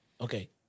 Okay